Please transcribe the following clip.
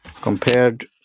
compared